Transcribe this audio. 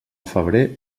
febrer